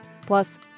Plus